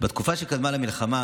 בתקופה שקדמה למלחמה,